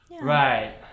Right